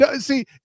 see